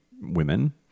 women